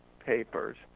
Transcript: papers